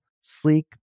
sleek